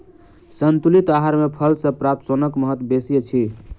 संतुलित आहार मे फल सॅ प्राप्त सोनक महत्व बेसी अछि